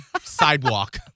Sidewalk